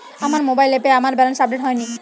আমার মোবাইল অ্যাপে আমার ব্যালেন্স আপডেট হয়নি